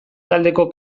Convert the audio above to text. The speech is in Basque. taldeko